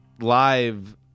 Live